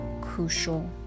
crucial